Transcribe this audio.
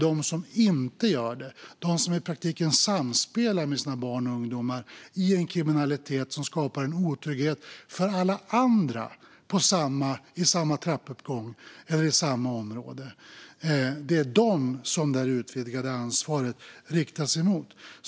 De som inte gör det, de som i praktiken samspelar med sina barn och ungdomar i en kriminalitet som skapar otrygghet för alla andra i samma trappuppgång eller i samma område - det är mot dem som det här utvidgade ansvaret riktas.